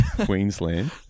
Queensland